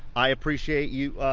i appreciate you,